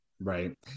Right